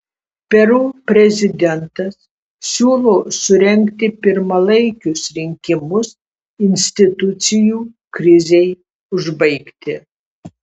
peru prezidentas siūlo surengti pirmalaikius rinkimus institucijų krizei užbaigti